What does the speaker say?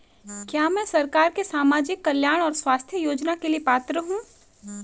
क्या मैं सरकार के सामाजिक कल्याण और स्वास्थ्य योजना के लिए पात्र हूं?